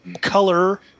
color